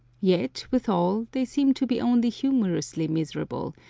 yet, withal, they seem to be only humorously miserable,